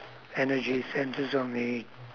energies centred on me